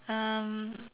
um